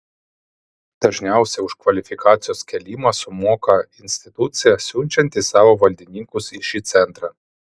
dažniausiai už kvalifikacijos kėlimą sumoka institucija siunčianti savo valdininkus į šį centrą